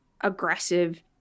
aggressive